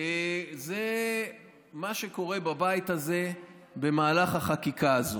זה מה שקורה בבית הזה במהלך החקיקה הזו.